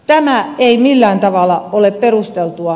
tämä ei millään tavalla ole perusteltua